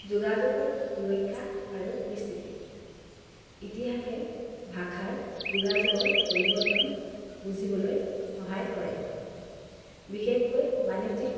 যোগাযোগৰ সুৰক্ষা আৰু বিস্তৃতি ইতিহাসে ভাষাৰ যোগাযোগৰ পৰিৱৰ্তন বুজিবলৈ সহায় কৰে বিশেষকৈ বাণিজ্যিক